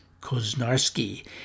Koznarski